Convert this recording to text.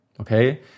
Okay